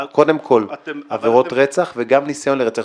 קודם כול עבירות רצח וגם ניסיון לרצח,